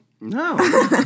No